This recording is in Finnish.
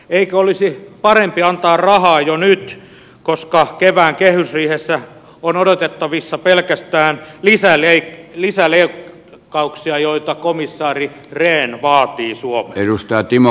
eikö olisi parempi antaa rahaa jo nyt koska kevään kehysriihessä on odotettavissa pelkästään lisäleikkauksia joita komissaari rehn vaatii suomeen